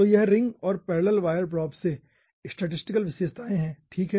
तो यह रिंग ओर पैरेलल वायर प्रोब से स्टैटिस्टिकल विशेषताएं है ठीक है